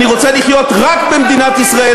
אני רוצה לחיות רק במדינת ישראל,